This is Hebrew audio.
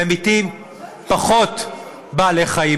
ממיתים פחות בעלי-חיים.